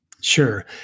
Sure